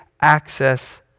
access